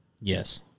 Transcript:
yes